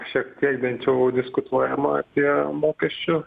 šiek tiek bent jau diskutuojama apie mokesčių